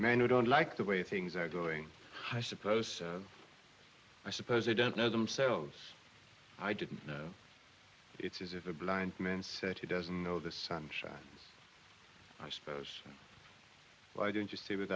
who don't like the way things are going i suppose i suppose they don't know themselves i didn't know it's as if a blind man said he doesn't know the sun shines i suppose why don't you stay with